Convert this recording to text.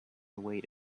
wait